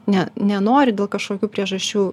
ne nenori dėl kažkokių priežasčių